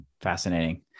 fascinating